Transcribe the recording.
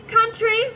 country